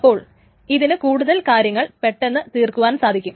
അപ്പോൾ ഇതിന് കൂടുതൽ കാര്യങ്ങൾ പെട്ടെന്ന് തീർക്കുവാൻ സാധിക്കും